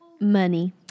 Money